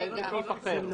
זה סעיף אחר.